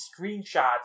screenshots